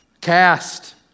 cast